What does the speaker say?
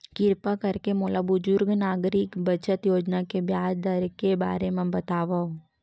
किरपा करके मोला बुजुर्ग नागरिक बचत योजना के ब्याज दर के बारे मा बतावव